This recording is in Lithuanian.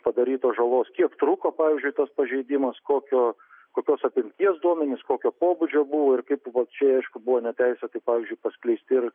padarytos žalos kiek truko pavyzdžiui tas pažeidimas kokio kokios apimties duomenys kokio pobūdžio buvo ir kaip buvo čia aišku buvo neteisėtai pavyzdžiui paskleisti ir